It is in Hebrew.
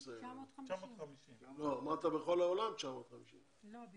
950. אמרת שבכל העולם 950. לא,